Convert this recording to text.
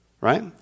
Right